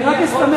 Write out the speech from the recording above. אני רק אסתמך,